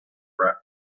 rap